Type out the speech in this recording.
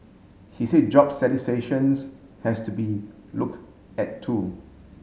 he said job satisfactions has to be look at too